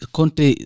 Conte